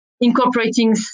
incorporating